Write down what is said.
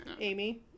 amy